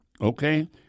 Okay